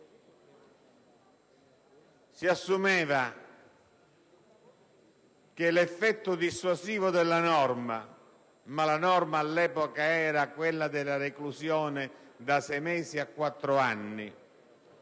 Si assumeva che l'effetto dissuasivo della norma - ma la sanzione all'epoca era quella della reclusione da sei mesi a quattro anni,